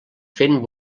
fent